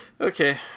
Okay